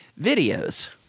videos